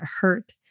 hurt